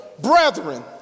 brethren